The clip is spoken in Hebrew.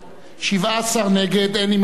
17 נגד, אין נמנעים.